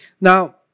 Now